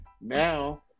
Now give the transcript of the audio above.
now